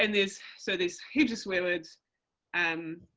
and there's, so this heaps of swear words, um